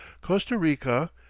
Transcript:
costa-rica,